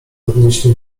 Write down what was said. podnieśli